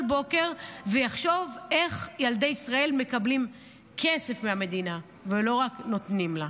בוקר ויחשוב איך ילדי ישראל מקבלים כסף מהמדינה ולא רק נותנים לה.